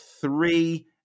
three